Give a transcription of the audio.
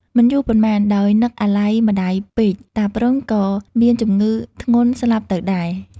មិនយូរប៉ុន្មាន ដោយនឹកអាល័យម្ដាយពេកតា ព្រហ្ម ក៏មានជំងឺធ្ងន់ស្លាប់ទៅដែរ ។